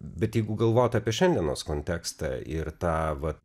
bet jeigu galvoti apie šiandienos kontekstą ir tą va